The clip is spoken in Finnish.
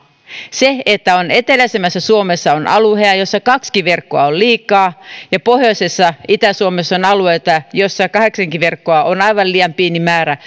eteläisemmässä suomessa on alueita joilla kaksikin verkkoa on liikaa ja pohjoisessa ja itä suomessa on alueita joilla kahdeksankin verkkoa on aivan liian pieni määrä